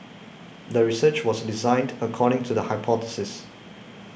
the research was designed according to the hypothesis